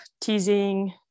teasing